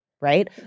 Right